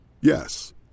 Yes